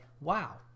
wow